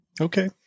Okay